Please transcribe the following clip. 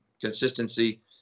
consistency